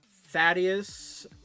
Thaddeus